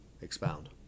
Expound